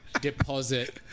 deposit